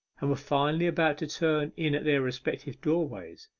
and were finally about to turn in at their respective doorways.